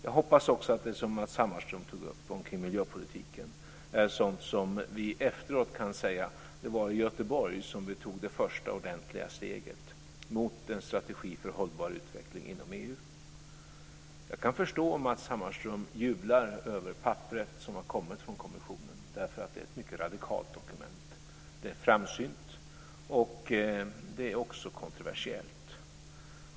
Jag hoppas också att det Matz Hammarström tog upp om miljöpolitiken är sådant om vilket vi efteråt kan säga: Det var i Göteborg som vi tog det första ordentliga steget mot en strategi för en hållbar utveckling inom EU. Jag kan förstå om Matz Hammarström jublar över papperet som har kommit från kommissionen. Det är ett mycket radikalt dokument. Det är framsynt, och det är kontroversiellt.